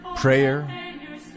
Prayer